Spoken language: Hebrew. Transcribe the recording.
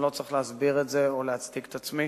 אני לא צריך להסביר את זה או להצדיק את עצמי.